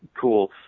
cool